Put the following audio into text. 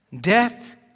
Death